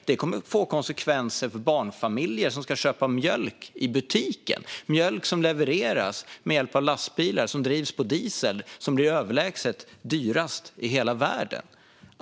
Detta kommer att få konsekvenser för barnfamiljer som ska köpa mjölk i butiken - mjölk som levereras med hjälp av lastbilar som drivs med diesel som blir överlägset dyrast i hela världen.